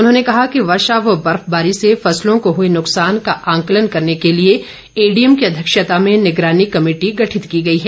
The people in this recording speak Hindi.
उन्होंने कहा कि वर्षा व बर्फबारी से फसलों को हुए नुकसान का आंकलन करने के लिए एडीएम की अध्यक्षता में निगरानी कमेटी गठित की गई है